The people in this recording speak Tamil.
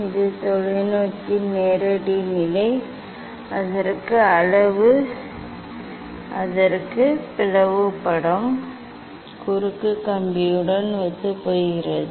இது தொலைநோக்கியின் நேரடி நிலை அங்கு பிளவு படம் குறுக்கு கம்பியுடன் ஒத்துப்போகிறது